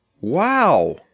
Wow